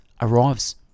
arrives